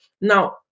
Now